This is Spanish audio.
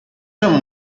son